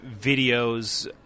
videos